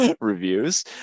reviews